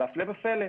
והפלא ופלא,